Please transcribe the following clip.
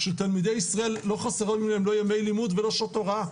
שתלמידי ישראל לא חסרים להם לא ימי לימוד ולא שעות הוראה.